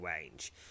range